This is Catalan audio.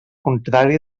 contrari